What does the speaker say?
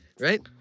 Right